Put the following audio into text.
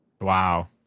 Wow